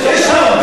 שלחו לכם מסרונים,